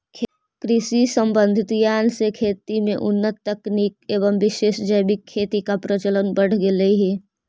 कृषि संबंधित ज्ञान से खेती में उन्नत तकनीक एवं विशेष जैविक खेती का प्रचलन बढ़ गेलई हे